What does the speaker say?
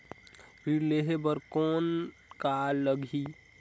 ऋण लेहे बर कौन का लगही?